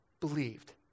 believed